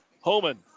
Homan